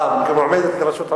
אה, כמועמדת לראשות הממשלה.